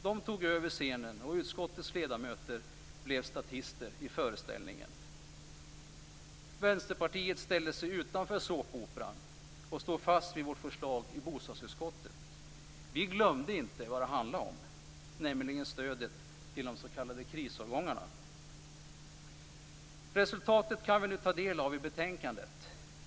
De tog över scenen, och utskottets ledamöter blev statister i föreställningen. Vi i Vänsterpartiet ställde oss utanför såpoperan och stod fast vid vårt förslag i bostadsutskottet. Vi glömde inte vad det handlar om, nämligen stödet till de s.k. krisomgångarna. Resultatet kan vi nu ta del av i betänkandet.